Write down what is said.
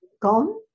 Gone